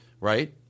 right